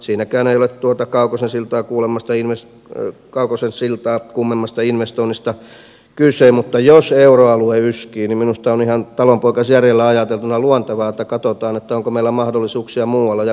siinäkään ei ole tuota kaukosen siltaa kuolemasta jones ray kaukosen siltaa kummemmasta investoinnista kyse mutta jos euroalue yskii niin minusta on ihan talonpoikaisjärjellä ajateltuna luontevaa että katsotaan onko meillä mahdollisuuksia muualla ja venäjällä on